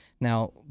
Now